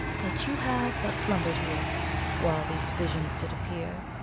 that you have but slumb'red here while these visions did appear.